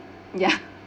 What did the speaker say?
ya